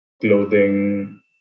clothing